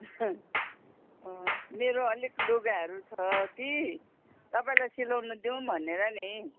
मेरो अलिक लुगाहरू छ कि तपाईँलाई सिलाउनु दिऊँ भनेर नि